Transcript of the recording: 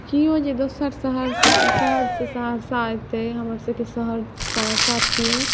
किओ जे दोसर शहर शहरसँ सहरसा अएतै हमर सबके शहर सहरसा छिए